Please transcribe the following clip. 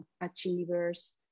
achievers